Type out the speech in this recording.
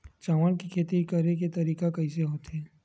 चावल के खेती करेके तरीका कइसे होथे?